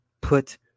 put